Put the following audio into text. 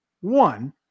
one